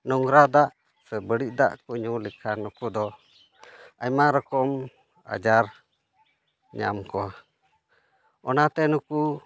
ᱱᱳᱝᱨᱟ ᱫᱟᱜ ᱥᱮ ᱵᱟᱹᱲᱤᱡ ᱫᱟᱜ ᱠᱚ ᱧᱩ ᱞᱮᱠᱷᱟᱱ ᱱᱩᱠᱩ ᱫᱚ ᱟᱭᱢᱟ ᱞᱮᱠᱟᱱ ᱟᱡᱟᱨ ᱧᱟᱢ ᱠᱚᱣᱟ ᱚᱱᱟᱛᱮ ᱱᱩᱠᱩ